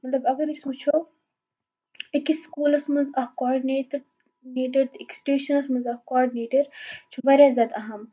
مطلب اگر أسۍ وٕچھو أکِس سکوٗلَس منٛز اَکھ کاڈنیٹر نیٹر تہٕ أکِس ٹیوٗشَنَس منٛز اَکھ کاڈنیٹر چھُ واریاہ زیادٕ اہم